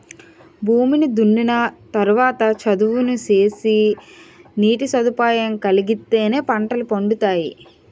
భూమిని దున్నిన తరవాత చదును సేసి నీటి సదుపాయం కలిగిత్తేనే పంటలు పండతాయి